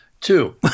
Two